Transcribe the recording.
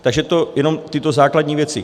Takže to jenom tyto základní věci.